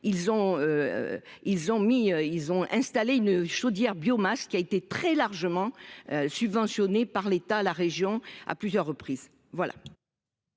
ils ont installé une chaudière biomasse qui a été très largement. Subventionné par l'État, la région à plusieurs reprises.